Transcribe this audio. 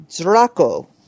Draco